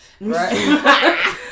Right